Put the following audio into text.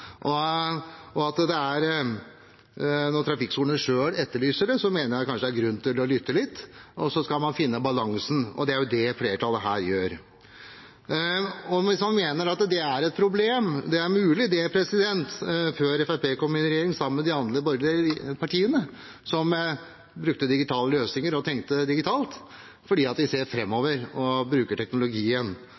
og man konkurrerer bl.a. ikke på like vilkår. Og når trafikkskolene selv etterlyser det, mener jeg det kanskje er grunn til å lytte litt. Så skal man finne balansen, og det er det flertallet her gjør. Det er mulig det var et problem før Fremskrittspartiet, som brukte digitale løsninger og tenkte digitalt, kom i regjering sammen med de andre borgerlige partiene, fordi vi ser framover og bruker teknologien.